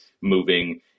Moving